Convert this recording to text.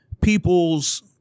people's